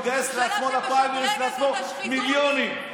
לגייס לעצמו לפריימריז מיליונים.